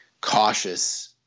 cautious